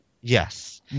yes